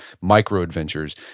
micro-adventures